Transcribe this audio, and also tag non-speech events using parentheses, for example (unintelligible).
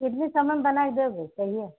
कितनी समय में बनाकर देबो (unintelligible)